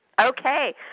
Okay